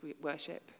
worship